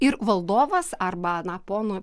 ir valdovas arba na ponų